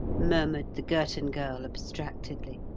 murmured the girton girl abstractedly,